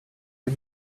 but